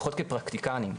לפחות כפרקטיקנים,